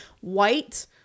white